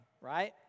right